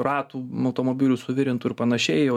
ratų automobilių suvirinų ir panašiai jau